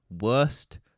worst